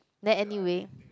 then anyway